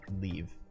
leave